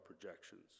projections